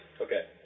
Okay